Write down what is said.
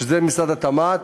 שזה משרד התמ"ת,